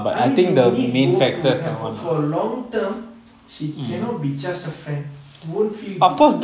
I mean you need both to have for a long term she cannot be just a friend you won't feel good